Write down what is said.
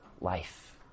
life